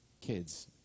kids